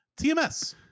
tms